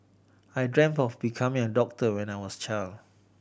I dreamt of becoming a doctor when I was a child